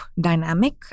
dynamic